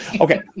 Okay